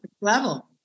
level